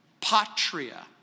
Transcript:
patria